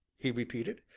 he repeated.